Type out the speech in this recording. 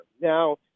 Now